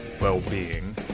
well-being